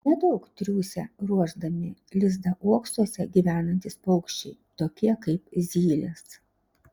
nedaug triūsia ruošdami lizdą uoksuose gyvenantys paukščiai tokie kaip zylės